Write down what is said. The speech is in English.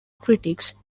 critics